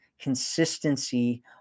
consistency